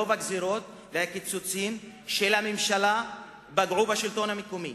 רוב הגזירות והקיצוצים של הממשלה פגעו בשלטון המקומי.